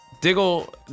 Diggle